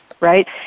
Right